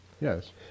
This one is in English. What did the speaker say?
Yes